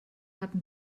hatten